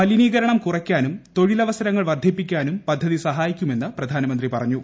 മലിനീകരണം കുറക്കാനും തൊഴിലവസ്ത്രങ്ങൾ വർധിപ്പിക്കാനും പദ്ധതി സഹായിക്കുമെന്ന് പ്ര്യാനമ്പ്രി പറഞ്ഞു